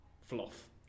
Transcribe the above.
fluff